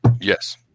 Yes